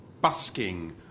busking